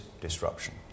disruption